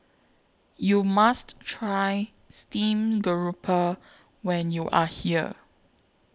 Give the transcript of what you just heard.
YOU must Try Steamed Grouper when YOU Are here